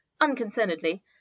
unconcernedly